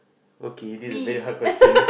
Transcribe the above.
okay be a better hard question